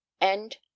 end